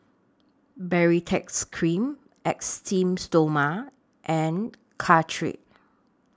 Baritex Cream Esteem Stoma and Caltrate